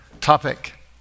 topic